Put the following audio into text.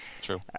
true